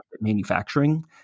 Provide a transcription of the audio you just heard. manufacturing